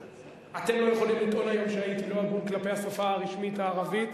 אתם לא יכולים לטעון היום שהייתי לא הגון כלפי השפה הרשמית הערבית,